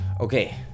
Okay